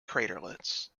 craterlets